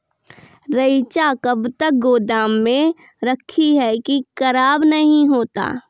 रईचा कब तक गोदाम मे रखी है की खराब नहीं होता?